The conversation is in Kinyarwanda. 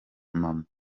mama